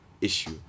issue